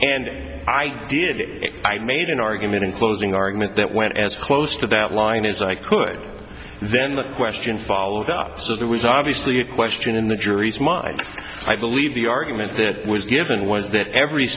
and i did i made an argument in closing argument that went as close to that line as i could and then the question followed up so there was obviously a question in the jury's mind i believe the argument that was given was that every